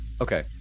Okay